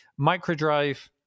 Microdrive